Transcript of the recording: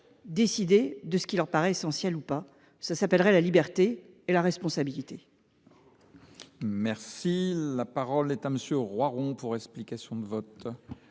décider de ce qui leur paraît essentiel ? Cela s’appellerait la liberté et la responsabilité. La parole est à M. Pierre Alain Roiron, pour explication de vote.